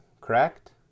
correct